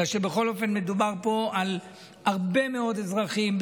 בגלל שבכל אופן מדובר פה על הרבה מאוד אזרחים,